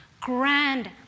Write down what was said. grand